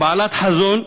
בעלת חזון,